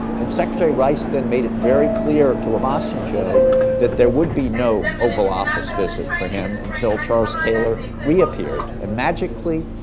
and secretary rice then made it very clear to obasanjo that there would be no oval office visit for him until charles taylor reappeared. and magically,